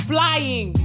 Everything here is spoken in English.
Flying